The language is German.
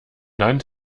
land